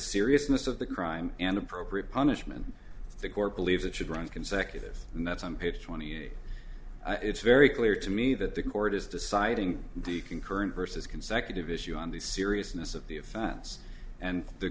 seriousness of the crime and appropriate punishment the gore believes it should run consecutive and that's on page twenty eight it's very clear to me that the court is deciding the concurrent versus consecutive issue on the seriousness of the offense and the